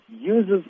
uses